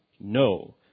no